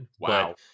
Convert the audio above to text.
Wow